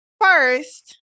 first